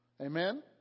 Amen